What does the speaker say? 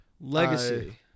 Legacy